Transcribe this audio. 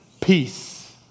Peace